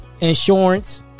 insurance